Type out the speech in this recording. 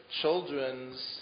children's